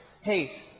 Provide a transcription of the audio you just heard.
Hey